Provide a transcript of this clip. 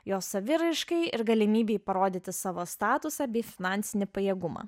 jos saviraiškai ir galimybei parodyti savo statusą bei finansinį pajėgumą